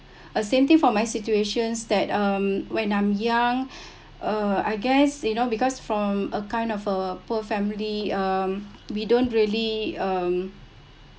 uh same thing for my situations that um when I'm young uh I guess you know because from a kind of a poor family um we don't really um